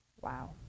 Wow